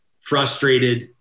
frustrated